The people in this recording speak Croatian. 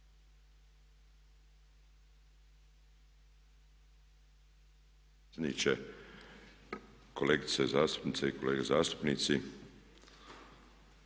kolegice zastupnice i kolege zastupnici.